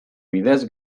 bidez